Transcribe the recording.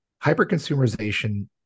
hyper-consumerization